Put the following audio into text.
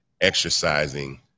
exercising